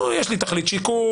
פה יש לי תכלית שיקום,